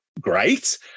great